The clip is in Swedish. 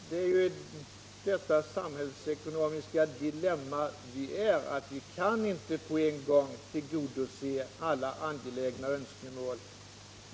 Men vi är ju i detta samhällsekonomiska dilemma att vi inte på en gång kan tillgodose alla angelägna önskemål.